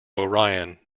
orion